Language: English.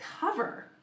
cover